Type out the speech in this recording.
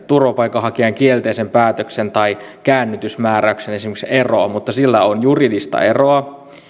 turvapaikanhakijan kielteisen päätöksen ja käännytysmääräyksen ero mutta sillä on juridista eroa